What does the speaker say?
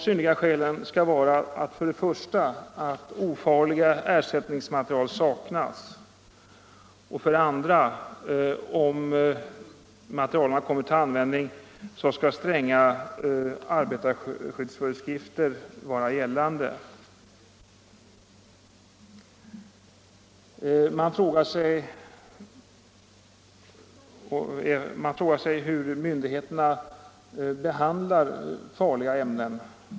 Villkoren skall vara för det första att ofarliga ersättningsmaterial saknas och för det andra att stränga arbetarskyddsföreskrifter tillämpas. Man frågar sig vilken inställning myndigheterna har till farliga ämnen.